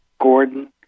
Gordon